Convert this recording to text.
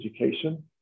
Education